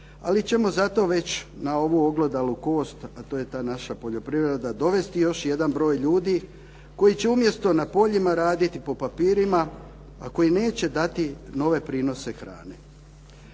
ali ćemo zato već na ovu oglodalu kost, a to je ta naša poljoprivreda dovesti još jedan broj ljudi koji će umjesto na poljima raditi po papirima, a koji neće dati nove prinose hrane.